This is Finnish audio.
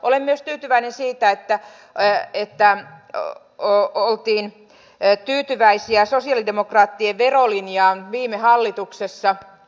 olen myös tyytyväinen siitä että oltiin tyytyväisiä sosialidemokraattien verolinjaan viime hallituksessa